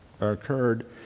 occurred